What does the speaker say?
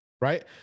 right